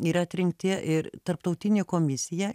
yra atrinkti ir tarptautinė komisija